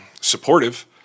supportive